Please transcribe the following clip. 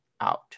out